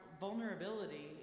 vulnerability